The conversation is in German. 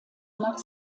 nach